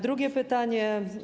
Drugie pytanie.